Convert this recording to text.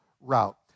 route